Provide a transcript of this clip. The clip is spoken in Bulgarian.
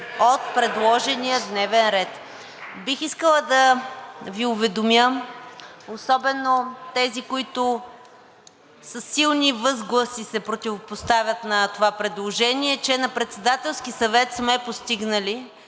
от предложения дневен ред. (Реплики: „Еее!“) Бих искала да Ви уведомя, особено тези, които със силни възгласи се противопоставят на това предложение, че на Председателския съвет сме постигнали